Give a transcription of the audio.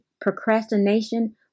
procrastination